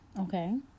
Okay